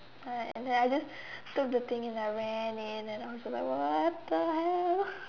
ya and then I just took the thing and I ran in and I was like what the hell